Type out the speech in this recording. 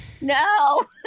No